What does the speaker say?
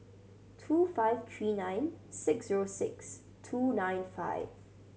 two five three nine six zero six two nine five